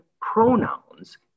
pronouns